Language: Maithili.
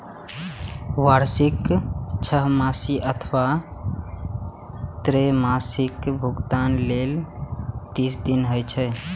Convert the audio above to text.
वार्षिक, छमाही अथवा त्रैमासिक भुगतान लेल तीस दिन होइ छै